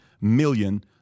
million